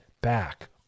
back